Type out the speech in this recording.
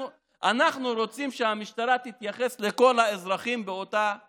אנחנו רוצים שהמשטרה תתייחס לכל האזרחים באותה מידה.